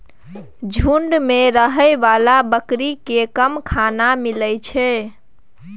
झूंड मे रहै बला बकरी केँ कम खाना मिलइ छै